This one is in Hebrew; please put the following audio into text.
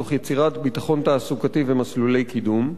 תוך יצירת ביטחון תעסוקתי ומסלולי קידום.